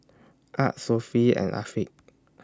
Ahad Sofea and Afiq